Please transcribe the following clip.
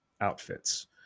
outfits